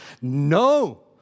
No